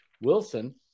Wilson